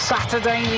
Saturday